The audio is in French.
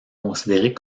considérée